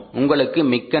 உங்களுக்கு மிக்க நன்றி